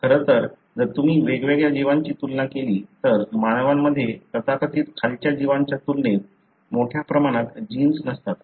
खरं तर जर तुम्ही वेगवेगळ्या जीवांची तुलना केली तर मानवांमध्ये तथाकथित खालच्या जीवांच्या तुलनेत मोठ्या प्रमाणात जिन्स नसतात